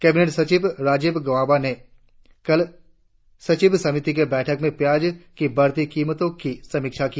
cabinet सचिव राजीव गाबा ने कल सचिव समिति की बैठक में प्याज की बढ़ती कीमतों की समीक्षा की